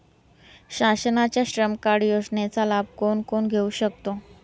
शासनाच्या श्रम कार्ड योजनेचा लाभ कोण कोण घेऊ शकतो?